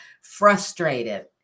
frustrated